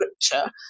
scripture